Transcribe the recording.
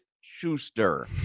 Schuster